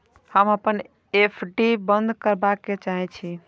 हम अपन एफ.डी बंद करबा के चाहे छी